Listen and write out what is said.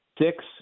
Six